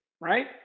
right